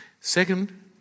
Second